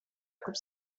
coupe